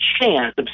chance